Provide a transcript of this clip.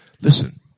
Listen